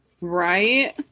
Right